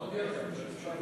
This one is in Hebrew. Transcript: בשבוע